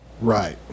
Right